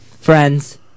Friends